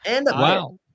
Wow